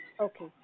Okay